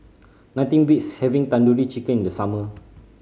nothing beats having Tandoori Chicken in the summer